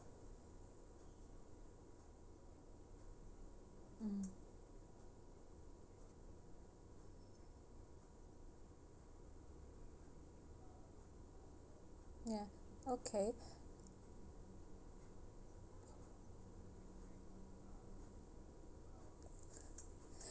ya okay